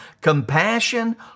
compassion